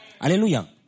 Hallelujah